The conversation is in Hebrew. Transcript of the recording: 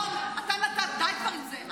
רון, רון, די כבר עם זה.